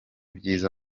byiza